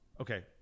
okay